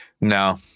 No